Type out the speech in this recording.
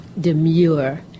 demure